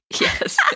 Yes